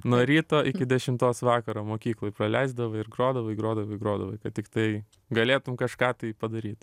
nuo ryto iki dešimtos vakaro mokykloj praleisdavai ir grodavai grodavai grodavai kad tiktai galėtum kažką tai padaryt